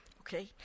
okay